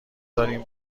داریم